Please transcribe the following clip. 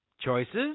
choices